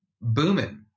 booming